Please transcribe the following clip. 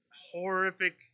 horrific